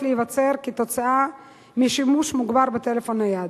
להיווצר כתוצאה משימוש מוגבר בטלפון נייד.